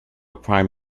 prime